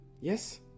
Yes